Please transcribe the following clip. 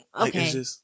Okay